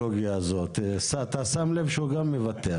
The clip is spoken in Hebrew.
של קיבוץ